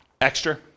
Extra